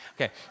Okay